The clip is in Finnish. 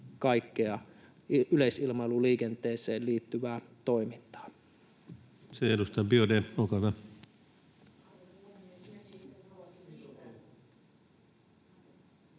kaikkea yleisilmailuliikenteeseen liittyvää toimintaa.